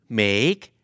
make